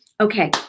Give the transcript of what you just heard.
okay